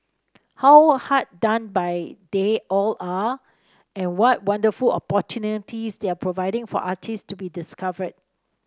how hard done by they all are and what wonderful opportunities they're providing for artists to be discovered